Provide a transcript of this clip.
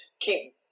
keep